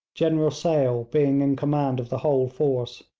general sale being in command of the whole force.